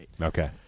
Okay